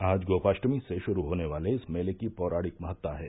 आज गोपाष्टमी से शुरू होने वाले इस मेले की पौराणिक महत्ता है